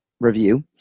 review